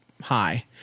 Hi